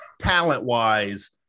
talent-wise